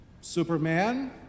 Superman